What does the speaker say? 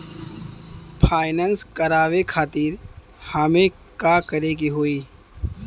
Finance करावे खातिर हमें का करे के होई?